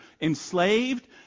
Enslaved